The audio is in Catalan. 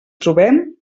trobem